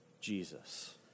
Jesus